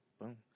Boom